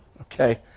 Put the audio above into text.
Okay